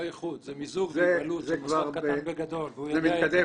זה מתקדם